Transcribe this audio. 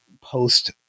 post